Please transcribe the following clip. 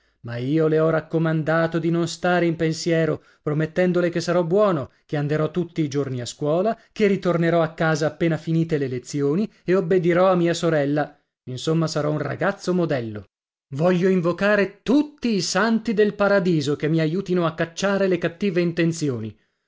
ma io le ho raccomandato di non stare in pensiero promettendole che sarò buono che anderò tutti i giorni a scuola che ritornerò a casa appena finite le lezioni e obbedirò a mia sorella insomma sarò un ragazzo modello voglio invocare tutti i santi del paradiso che mi aiutino a cacciare le cattive